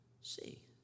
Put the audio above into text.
see